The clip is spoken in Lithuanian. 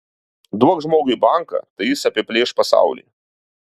duok žmogui banką tai jis apiplėš pasaulį